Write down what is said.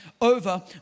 over